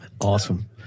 Awesome